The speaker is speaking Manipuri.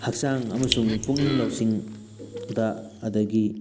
ꯍꯛꯆꯥꯡ ꯑꯝꯁꯨꯡ ꯄꯨꯛꯅꯤꯡ ꯂꯧꯁꯤꯡꯗ ꯑꯗꯒꯤ